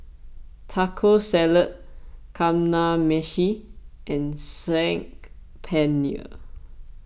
Taco Salad Kamameshi and Saag Paneer